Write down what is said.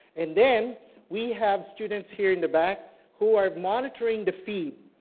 and then we have students here in the back who are monitoring the feed.